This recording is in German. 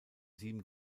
sieben